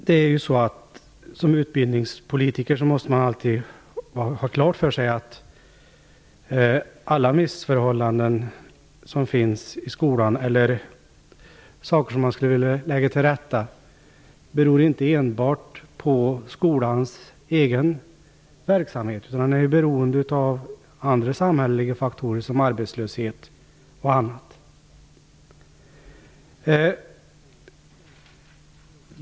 Fru talman! Som utbildningspolitiker måste man alltid ha klart för sig att alla missförhållanden i skolan eller saker som man skulle vilja ställa till rätta inte enbart beror på skolans egen verksamhet, utan de är beroende av andra samhälleliga faktorer såsom arbetslöshet och annat.